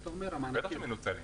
בטח שמנוצלים.